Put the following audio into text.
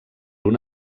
una